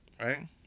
Right